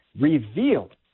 revealed